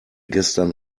gestern